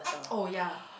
oh ya